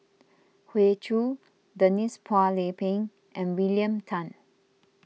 Hoey Choo Denise Phua Lay Peng and William Tan